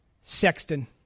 Sexton